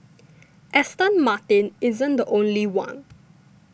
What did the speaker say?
Aston Martin isn't the only one